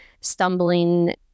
stumbling